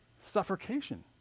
Suffocation